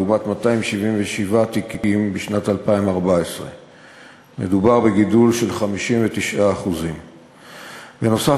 לעומת 277 תיקים בשנת 2014. מדובר בגידול של 59%. בנוסף,